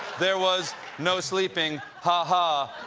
there was no sleeping, ha, ha,